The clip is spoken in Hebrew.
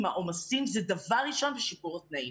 העומסים זה דבר ראשון ושיפור התנאים.